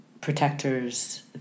protectors